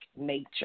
nature